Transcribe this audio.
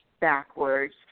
backwards